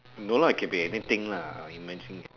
no lah it can be anything lah imagine eh